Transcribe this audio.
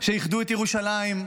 שאיחדו את ירושלים,